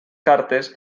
cartes